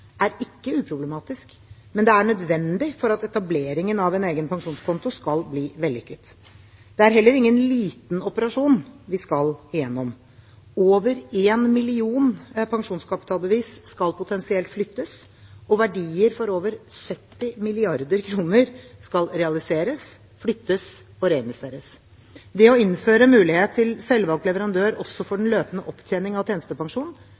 er ikke uproblematisk, men det er nødvendig for at etableringen av en egen pensjonskonto skal bli vellykket. Det er heller ingen liten operasjon vi skal igjennom. Over en million pensjonskapitalbevis skal potensielt flyttes, og verdier for over 70 mrd. kr skal realiseres, flyttes og reinvesteres. Det å innføre muligheten til selvvalgt leverandør også for den løpende opptjening av tjenestepensjonen